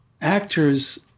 actors